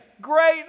great